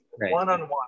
one-on-one